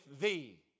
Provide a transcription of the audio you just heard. thee